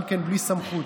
גם כן בלי סמכות,